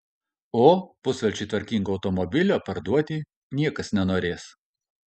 o pusvelčiui tvarkingo automobilio parduoti niekas nenorės